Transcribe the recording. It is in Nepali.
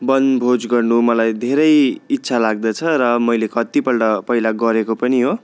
बनभोज गर्नु मलाई धेरै इच्छा लाग्दछ र मैले कतिपल्ट पहिला गरेको पनि हो